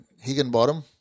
Higginbottom